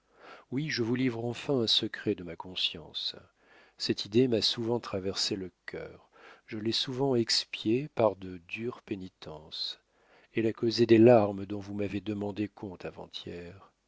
oui je vous livre enfin un secret de ma conscience cette idée m'a souvent traversé le cœur je l'ai souvent expiée par de dures pénitences elle a causé des larmes dont vous m'avez demandé compte avant-hier